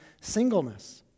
singleness